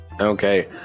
Okay